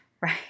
right